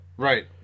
Right